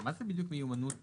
מה זה בדיוק מיומנות טכנית?